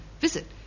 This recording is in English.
visit